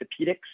orthopedics